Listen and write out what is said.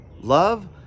love